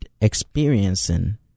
experiencing